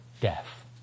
death